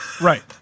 Right